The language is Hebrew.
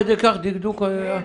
כן.